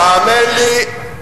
האמן לי,